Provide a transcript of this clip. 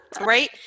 Right